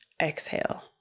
exhale